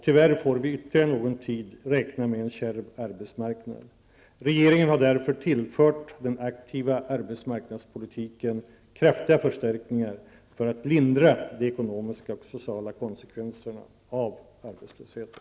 Tyvärr får vi ytterligare någon tid räkna med en kärv arbetsmarknad. Regeringen har därför tillfört den aktiva arbetsmarknadspolitiken kraftiga förstärkningar för att lindra de ekonomiska och sociala konsekvenserna av arbetslösheten.